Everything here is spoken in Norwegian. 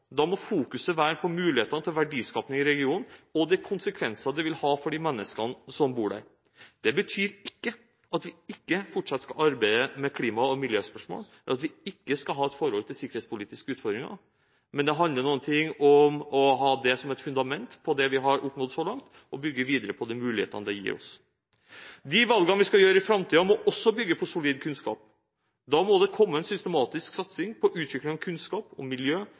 Da må fokuset være på mulighetene til verdiskaping i regionen og de konsekvensene det vil ha for de menneskene som bor der. Det betyr ikke at vi ikke fortsatt skal arbeide med klima- og miljøspørsmål, eller at vi ikke skal ha et forhold til sikkerhetspolitiske utfordringer, men det handler om å ha det som et fundament for det vi har oppnådd så langt, og bygge videre på de mulighetene det gir oss. De valgene vi skal gjøre i framtiden, må også bygge på solid kunnskap. Da må det komme en systematisk satsing på utvikling av kunnskap om miljø,